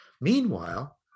Meanwhile